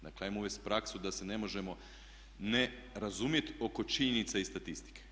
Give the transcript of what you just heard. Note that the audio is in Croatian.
Dakle ajmo uvesti praksu da se ne možemo ne razumjeti oko činjenica i statistike.